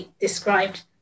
described